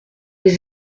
les